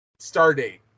Stardate